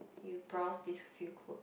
you browse this few clothes